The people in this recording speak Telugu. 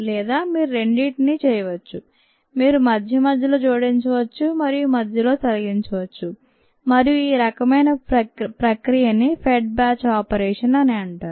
లేదా మీరు రెండింటిని చేయవచ్చు మీరు మధ్యమధ్యలో జోడించవచ్చు మరియు మధ్యలో తొలగించవచ్చు మరియు ఈ రకమైన ప్రక్రియని ఫెడ్ బ్యాచ్ ఆపరేషన్ అని అంటారు